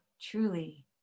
truly